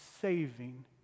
saving